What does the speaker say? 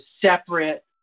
separate